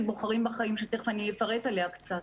"בוחרים בחיים" שתיכף אני אפרט עליה קצת.